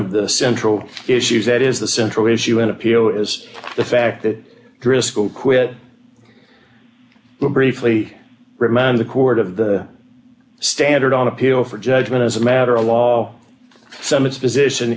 of the central issues that is the central issue in appeal is the fact that d driscoll quit briefly remand the court of the standard on appeal for judgment as a matter of law some its position